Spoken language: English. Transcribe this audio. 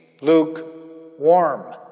lukewarm